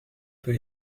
peu